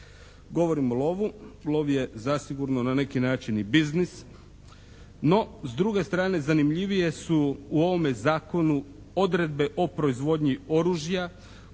Govorim o lovu. Lov je zasigurno na neki način i biznis. No, s druge strane zanimljivije su u ovome zakonu odredbe o proizvodnji oružja